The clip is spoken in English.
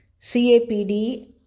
CAPD